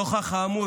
נוכח האמור,